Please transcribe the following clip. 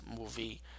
movie